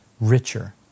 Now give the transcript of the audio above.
richer